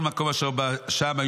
כל מקום אשר שם בא,